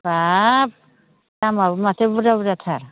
बाब दामाबो माथो बुरजा बुरजाथार